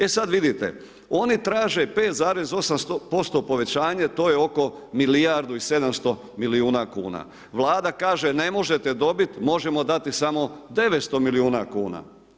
E sad vidite oni traže 5,8% povećanje to je oko milijardu 700 milijuna kuna, Vlada kaže ne možete dobit, možemo dati samo 900 milijuna kuna.